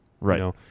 Right